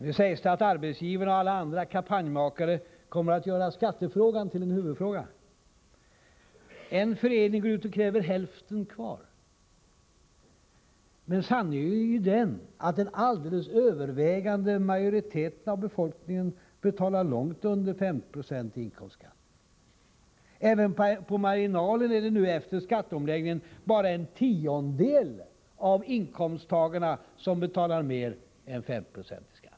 Nu sägs det att arbetsgivarna och alla andra kampanjmakare kommer att göra skattefrågan till en huvudfråga. En förening går ut och kräver ”hälften kvar”. Men sanningen är ju att den överväldigande majoriteten av befolkningen betalar långt under 50 96 inkomstskatt. Även på marginalen är det nu, efter skatteomläggningen, bara en tiondel av inkomsttagarna som betalar mer än 50 Yo i skatt.